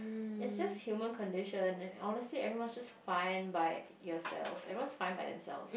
is just human condition honestly everyone is just fine by yourself everyone is just fine by themselves